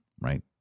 right